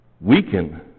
weaken